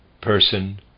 person